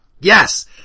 Yes